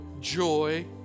joy